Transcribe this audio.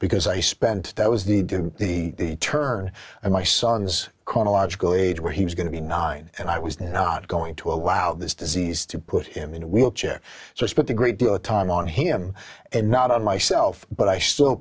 because i spent that was the do the turn in my son's chronological age where he was going to be nine and i was not going to allow this disease to put him in a wheelchair so i spent a great deal of time on him and not on myself but i still